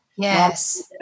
Yes